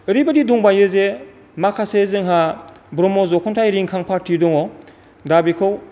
ओरैबायदि दंबावो जे माखासे जोंहा ब्रह्म जखनथाय रिखां पार्टि दङ दा बेखौ